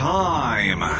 time